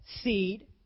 seed